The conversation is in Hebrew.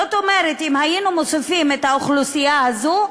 זאת אומרת, אם היינו מוסיפים את האוכלוסייה הזאת,